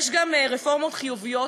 יש גם רפורמות חיוביות,